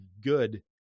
good